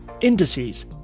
indices